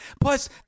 Plus